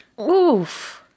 Oof